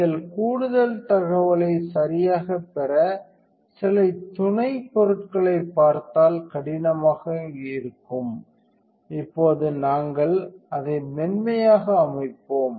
நீங்கள் கூடுதல் தகவலை சரியாகப் பெற சில துணைப்பொருட்களைப் பார்த்தால் கடினமாக இருக்கும் இப்போது நாங்கள் அதை மென்மையாக அமைப்போம்